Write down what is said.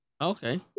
Okay